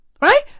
Right